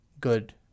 good